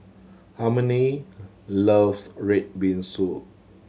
Harmony loves red bean soup